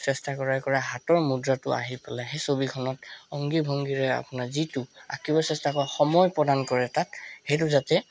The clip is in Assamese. চেষ্টা কৰাই কৰাই হাতৰ মুদ্ৰাটো আহি পেলাই সেই ছবিখনত অংগী ভংগীৰে আপোনাৰ যিটো আঁকিব চেষ্টা কৰা সময় প্ৰদান কৰে তাত সেইটো যাতে